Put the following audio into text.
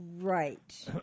right